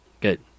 Good